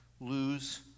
lose